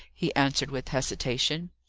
he answered with hesitation.